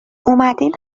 اومدین